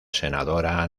senadora